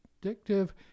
predictive